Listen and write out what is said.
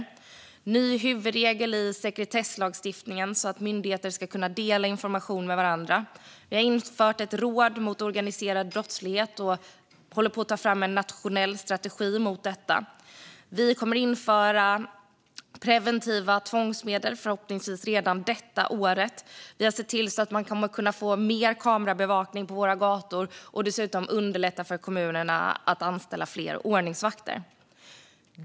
Vi har infört en ny huvudregel i sekretesslagstiftningen så att myndigheter ska kunna dela information med varandra. Vi har infört ett råd mot organiserad brottslighet och håller på att ta fram en nationell strategi mot denna. Vi kommer att införa preventiva tvångsmedel, förhoppningsvis redan detta år. Vi har sett till att vi kan få mer kamerabevakning på våra gator och underlättat för kommunerna att anställa fler ordningsvakter.